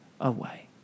away